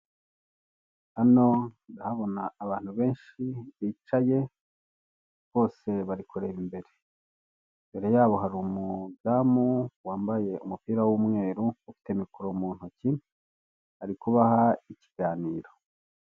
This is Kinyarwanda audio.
Hano ndahabona abantu benshi bicaye bose bari kureba imbere. Imbere yabo hari umudamu wambaye umupira w'umweru ufite mikoro mu ntoki ari kubaha ikiganiro.